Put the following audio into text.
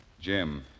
Jim